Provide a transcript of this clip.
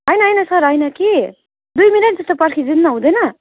होइन होइन सर होइन कि दुई मिनट जस्तो पर्खिदिनु न हुँदैन